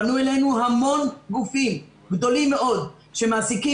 פנו אלינו המון גופים גדולים מאוד שמעסיקים